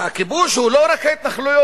הכיבוש הוא לא רק ההתנחלויות.